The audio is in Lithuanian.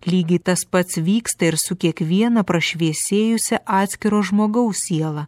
lygiai tas pats vyksta ir su kiekviena prašviesėjusia atskiro žmogaus siela